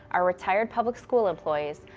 our retired public school employees,